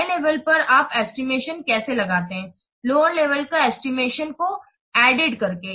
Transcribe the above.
high level पर आप estimation कैसे लगते है लोअर लेवल क एस्टिमेशन को ऐड करके